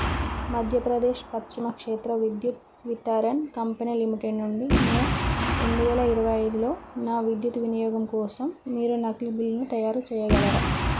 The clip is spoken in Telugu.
మధ్యప్రదేశ్ పశ్చిమ క్షేత్ర విద్యుత్ వితారన్ కంపెనీ లిమిటెడ్ నుండి మే రెండు వేల ఇరవై ఐదులో నా విద్యుత్ వినియోగం కోసం మీరు నకిలీ బిల్లును తయారు చేయగలరా